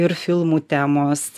ir filmų temos